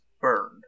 burned